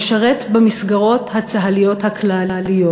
לשרת במסגרות הצה"ליות הכלליות,